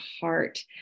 heart